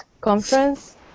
conference